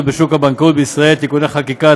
בשוק הבנקאות בישראל (תיקוני חקיקה),